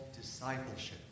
discipleship